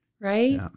right